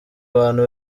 abantu